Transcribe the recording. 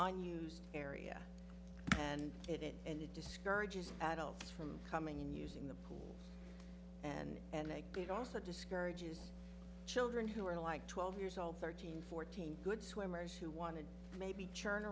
on use area and it is and it discourages adults from coming in using them and and i get also discourages children who are like twelve years old thirteen fourteen good swimmers who want to maybe churn